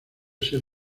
ser